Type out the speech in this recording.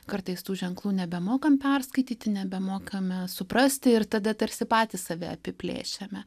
kartais tų ženklų nebemokam perskaityti nebemokame suprasti ir tada tarsi patys save apiplėšiame